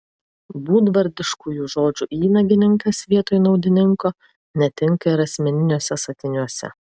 būdvardiškųjų žodžių įnagininkas vietoj naudininko netinka ir asmeniniuose sakiniuose